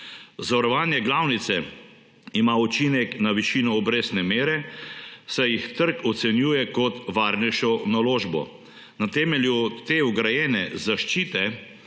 Zavarovanje glavnice ima učinek na višino obrestne mere, saj jih trg ocenjuje kot varnejšo naložbo. Na temelju te vgrajene zaščite